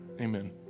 Amen